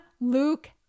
Luke